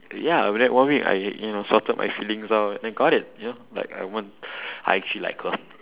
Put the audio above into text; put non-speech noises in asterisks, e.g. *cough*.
uh ya like with that one week I y~ you know I sorted my feelings out and I got it you know like I want *breath* I actually like her